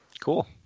Cool